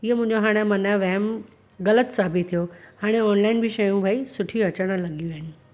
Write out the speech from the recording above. हीअ मुंहिंजो हाणे मन जो वहम ग़लति साबितु थियो हाणे ऑनलाइन बि शयूं भाई सुठियूं अचनि लॻियूं आहिनि